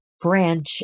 branch